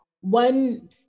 one